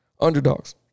underdogs